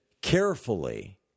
carefully